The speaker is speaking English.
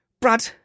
Brad